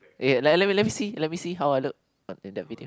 eh let let me see let me see how I look in that video